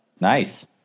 nice